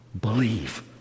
believe